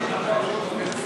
הצעת סיעת ש"ס להביע